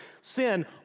sin